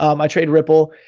um i traded ripple,